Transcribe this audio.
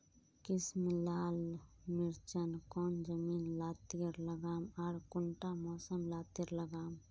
किसम ला मिर्चन कौन जमीन लात्तिर लगाम आर कुंटा मौसम लात्तिर लगाम?